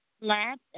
lab